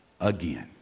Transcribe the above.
again